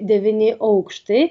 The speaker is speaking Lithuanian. devyni aukštai